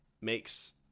makes